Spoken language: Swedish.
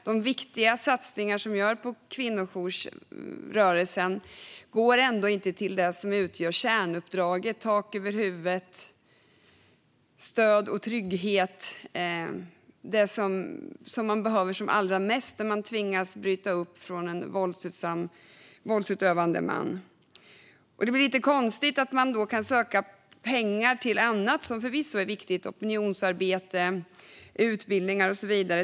De viktiga satsningar som görs på kvinnojoursrörelsen går inte till det som är kärnuppdraget, att ge tak över huvudet och att ge det stöd och den trygghet som man behöver som allra mest när man tvingas bryta upp från en våldsutövande man. Det är lite konstigt att man då kan söka pengar till annat, som förvisso är viktigt, till opinionsarbete, utbildningar och så vidare.